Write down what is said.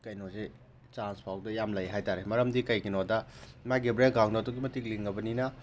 ꯀꯩꯅꯣꯁꯤ ꯆꯥꯟꯁ ꯐꯥꯎꯗ ꯌꯥꯝ ꯂꯩ ꯍꯥꯏ ꯇꯥꯔꯦ ꯃꯔꯝꯗꯤ ꯀꯩꯒꯤꯅꯣꯗ ꯃꯥꯒꯤ ꯕꯦꯛꯒ꯭ꯔꯥꯎꯟꯗꯣ ꯑꯗꯨꯛꯀꯤ ꯃꯇꯤꯛ ꯂꯤꯡꯉꯕꯅꯤꯅ